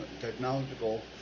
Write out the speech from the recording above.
technological